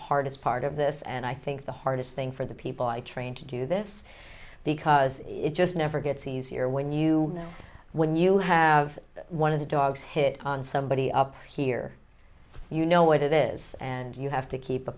hardest part of this and i think the hardest thing for the people i train to do this because it just never gets easier when you know when you have one of the dogs hit on somebody up here you know what it is and you have to keep a